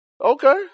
Okay